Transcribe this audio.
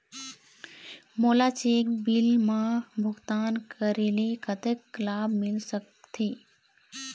मोला cheque bill मा भुगतान करेले कतक लाभ मिल सकथे?